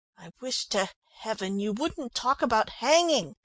i wish to heaven you wouldn't talk about hanging,